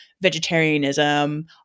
vegetarianism